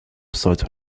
site